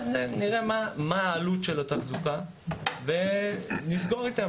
לפי זה נראה מה העלות של התחזוקה ונסגור עם הרשות.